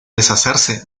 deshacerse